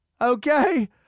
Okay